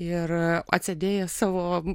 ir atsėdėjęs savo